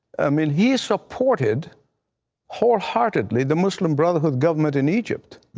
i mean, he supported wholeheartedly the muslim brotherhood government in egypt.